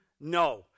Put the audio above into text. No